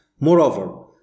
Moreover